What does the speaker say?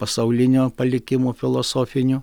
pasaulinio palikimo filosofiniu